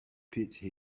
pitched